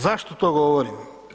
Zašto to govorim?